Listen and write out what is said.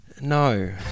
no